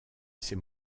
ces